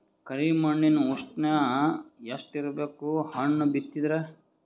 ಕರಿ ಮಣ್ಣಿನ ಉಷ್ಣ ಎಷ್ಟ ಇರಬೇಕು ಹಣ್ಣು ಬಿತ್ತಿದರ?